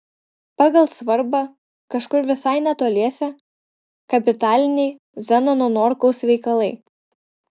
pagal svarbą kažkur visai netoliese kapitaliniai zenono norkaus veikalai